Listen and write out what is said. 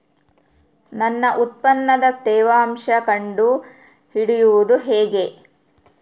ನನ್ನ ಉತ್ಪನ್ನದ ತೇವಾಂಶ ಕಂಡು ಹಿಡಿಯುವುದು ಹೇಗೆ?